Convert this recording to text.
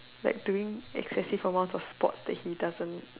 like doing excessive amounts of sports that he doesn't